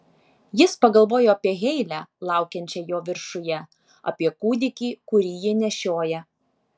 jis pagalvojo apie heilę laukiančią jo viršuje apie kūdikį kurį ji nešioja